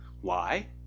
Why